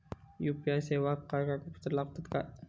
UPI सेवाक काय कागदपत्र लागतत काय?